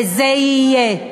וזה יהיה.